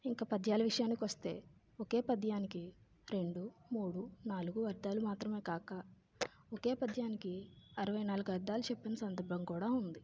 ఇక పద్యాలు విషయానికి వస్తే ఒక పద్యానికి రెండు మూడు నాలుగు అర్థాలు మాత్రమే కాక ఒక పద్యానికి అరవై నాలుగు అర్థాలు చెప్పిన సందర్భం కూడా ఉంది